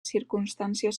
circumstàncies